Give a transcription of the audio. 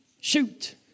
shoot